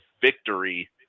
victory